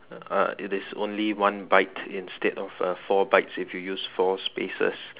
uh it is only one byte instead of uh four bytes if you use four spaces